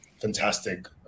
fantastic